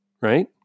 Right